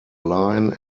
line